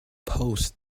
post